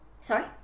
Sorry